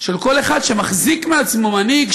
של כל אחד שמחזיק מעצמו מנהיג,